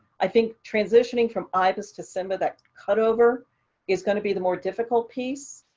i think transitioning from ibis to simba, that cutover is going to be the more difficult piece,